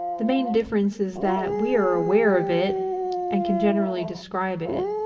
the main difference is that we are aware of it and can generally describe it.